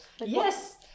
Yes